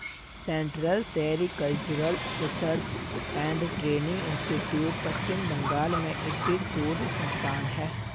central sericultural research and training institute Paschim Bangal में स्थित शोध संस्थान है